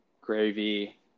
Gravy